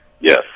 Yes